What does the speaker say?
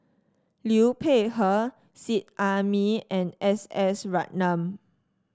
Liu Peihe Seet Ai Mee and S S Ratnam